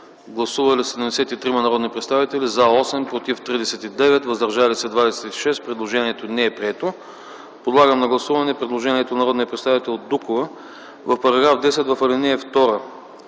Гласували 73 народни представители: за 8, против 39, въздържали се 26. Предложението не е прието. Подлагам на гласуване предложението на народния представител Дукова – в § 10, в ал. 2